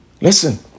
Listen